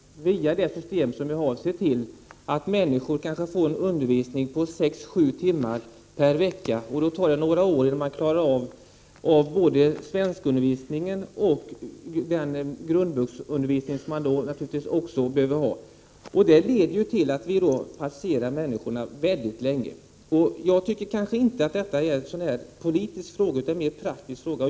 Via det system vi har ser vi till att människorna får undervisning sex till sju timmar per vecka. Då tar det några år att klara av den svenskundervisning och den grundvuxundervisning som man behöver. Det leder till att vi placerar människorna väldigt länge. Jag tycker inte att detta är en politisk fråga. Det är en praktisk fråga.